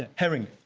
and herring.